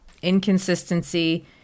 Inconsistency